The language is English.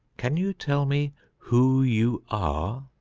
can you tell me who you are?